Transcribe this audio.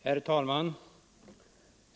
Herr talman!